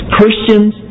Christians